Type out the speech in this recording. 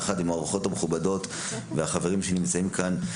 יחד עם האורחות המוכבדות שלנו והחברים שנמצאים כאן,